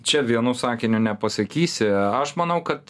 čia vienu sakiniu nepasakysi aš manau kad